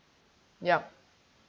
yup